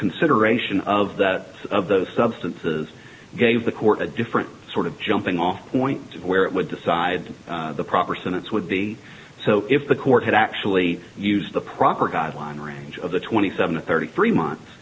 consideration of that of those substances gave the court a different sort of jumping off point where it would decide the proper sentence would be so if the court had actually used the proper guideline range of the twenty seven thirty three months